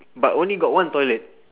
but only got one toilet